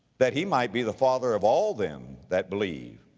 that he might be the father of all them that believe,